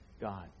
God